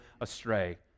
astray